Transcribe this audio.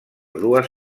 dues